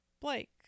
Blake